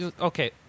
Okay